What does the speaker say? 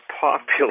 popular